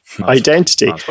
identity